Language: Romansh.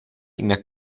ina